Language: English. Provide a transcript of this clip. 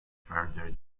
further